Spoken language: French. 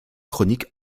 chroniques